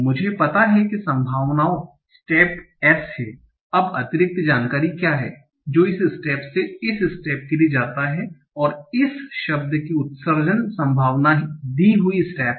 मुझे पता है कि संभावनाओं स्टेप S हैं अब अतिरिक्त जानकारी क्या है जो इस स्टेट से इस स्टेट के लिए जाता है और इस शब्द की उत्सर्जन संभावना दी हुई स्टेट है